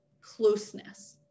closeness